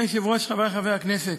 אדוני היושב-ראש, חברי חברי הכנסת,